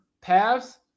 paths